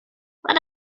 let